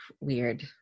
weird